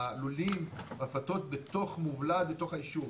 הלולים, הרפתות הם בתוך מובלעת, בתוך הישוב.